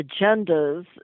agendas